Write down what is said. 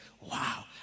Wow